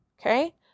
Okay